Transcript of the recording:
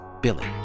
Billy